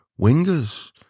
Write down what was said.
wingers